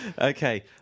Okay